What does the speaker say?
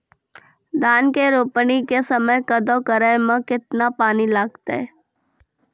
धान के रोपणी के समय कदौ करै मे केतना पानी लागतै?